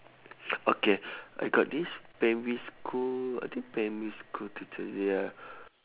okay I got this primary school I think primary school teacher ya